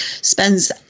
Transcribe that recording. spends